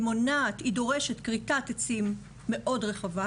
היא דורשת כריתת עצים מאוד רחבה.